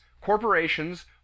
corporations